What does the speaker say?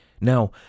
Now